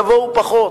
יבואו פחות,